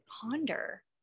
ponder